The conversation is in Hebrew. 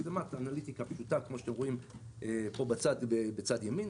שמנו מצלמת אנליטיקה פשוטה כמו שאתם רואים פה בצד ימין.